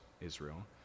Israel